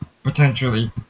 Potentially